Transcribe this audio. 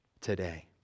today